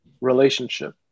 relationship